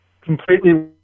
completely